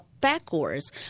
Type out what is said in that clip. backwards